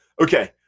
Okay